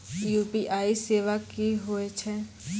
UPI सेवा की होय छै?